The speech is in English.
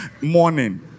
Morning